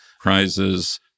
prizes